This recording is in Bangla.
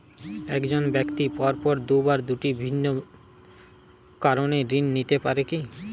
এক জন ব্যক্তি পরপর দুবার দুটি ভিন্ন কারণে ঋণ নিতে পারে কী?